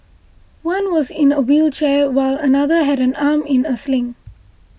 one was in a wheelchair while another had an arm in a sling